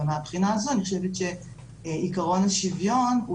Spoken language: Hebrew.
ומבחינה זו אני חושבת שעיקרון השוויון הוא